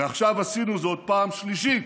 ועכשיו עשינו זאת פעם שלישית,